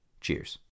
Cheers